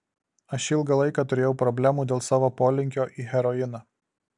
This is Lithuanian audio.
aš ilgą laiką turėjau problemų dėl savo polinkio į heroiną